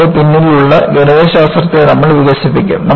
അതിന്റെ പിന്നിലുള്ള ഗണിതശാസ്ത്രത്തെ നമ്മൾ വികസിപ്പിക്കും